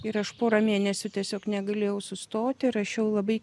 ir aš porą mėnesių tiesiog negalėjau sustoti rašiau labai